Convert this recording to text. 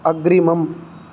अग्रिमम्